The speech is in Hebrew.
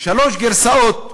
שלוש גרסאות,